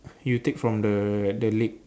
you take from the the lake